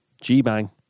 G-Bang